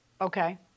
Okay